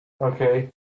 okay